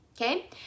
Okay